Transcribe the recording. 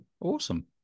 Awesome